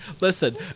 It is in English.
listen